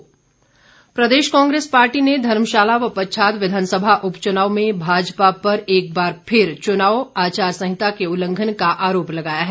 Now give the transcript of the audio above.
कांग्रेस प्रदेश कांग्रेस पार्टी ने धर्मशाला व पच्छाद विधानसभा उपच्चनाव में भाजपा पर एक बार फिर चुनाव आचार संहिता के उल्लंघन का आरोप लगाया है